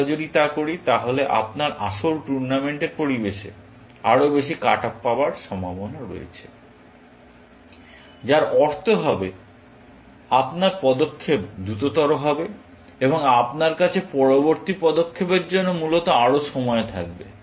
আমরা যদি তা করি তাহলে আপনার আসল টুর্নামেন্টের পরিবেশে আরও বেশি কাট অফ পাবার সম্ভাবনা রয়েছে যার অর্থ হবে আপনার পদক্ষেপ দ্রুততর হবে এবং আপনার কাছে পরবর্তী পদক্ষেপের জন্য মূলত আরও সময় থাকবে